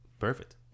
perfect